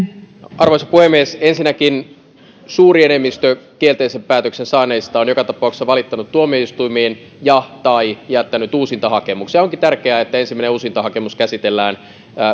arvoisa puhemies ensinnäkin suuri enemmistö kielteisen päätöksen saaneista on joka tapauksessa valittanut tuomioistuimiin ja tai jättänyt uusintahakemuksen onkin tärkeää että ensimmäinen uusintahakemus käsitellään